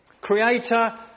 creator